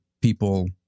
people